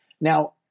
Now